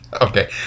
Okay